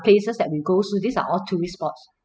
places that we go so these are all tourist spots